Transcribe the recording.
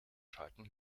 schalten